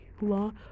law